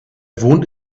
wohnt